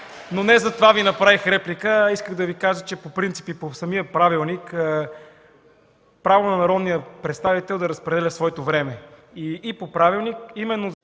но не за това Ви направих реплика. Исках да Ви кажа, че по принцип в самия правилник право на народния представител е да разпределя своето време. И по правилник заседанията